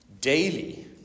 daily